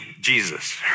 Jesus